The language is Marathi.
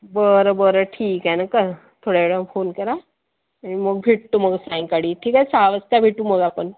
बरं बरं ठीक आहे नं का थोड्या वेळाने फोन करा आणि मग भेटतो मग सायंकाळी ठीक आहे सहा वाजता भेटू मग आपण